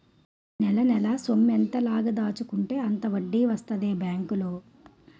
నెలనెలా సొమ్మెంత లాగ దాచుకుంటే అంత వడ్డీ వస్తదే బేంకులో